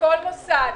וכל עסק.